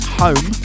home